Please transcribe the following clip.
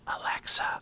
Alexa